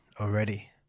already